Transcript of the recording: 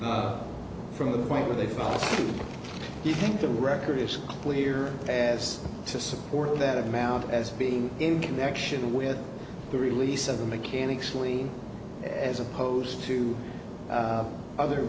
c's from the point where they fall if you think the record is clear as to support that amount as being in connection with the release of a mechanic's lien as opposed to other